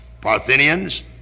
Parthenians